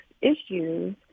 issues